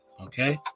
okay